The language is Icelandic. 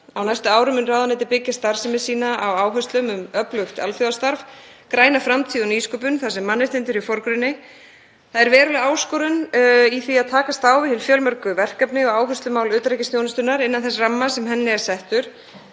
Á næstu árum mun ráðuneytið byggja starfsemi sína á áherslum um öflugt alþjóðastarf, græna framtíð og nýsköpun þar sem mannréttindi eru í forgrunni. Það er veruleg áskorun í því fólgin að takast á við hin fjölmörgu verkefni og áherslumál utanríkisþjónustunnar innan þess ramma sem henni er settur.